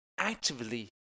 Actively